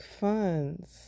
funds